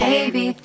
Baby